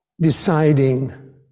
deciding